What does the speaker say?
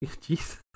Jesus